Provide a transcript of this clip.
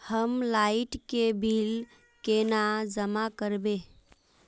हम लाइट के बिल केना जमा करबे?